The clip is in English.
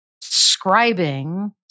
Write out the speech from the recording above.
describing